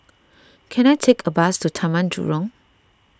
can I take a bus to Taman Jurong